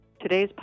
Today's